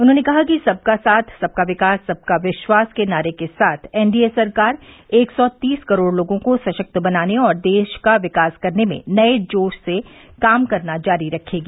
उन्होंने कहा कि सबका साथ सबका विकास सबका विश्वास के नारे के साथ एन डी ए सरकार एक सौ तीस करोड़ लोगों को सशक्त बनाने और देश का विकास करने में नये जोश से काम करना जारी रखेगी